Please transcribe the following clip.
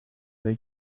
they